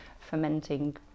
fermenting